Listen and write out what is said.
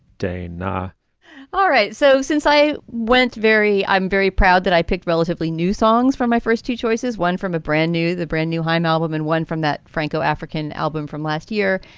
dana all right. so since i went very i'm very proud that i picked relatively new songs from my first two choices, one from a brand new the brand new haim album and one from that franco african album from last year.